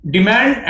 Demand